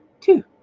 Two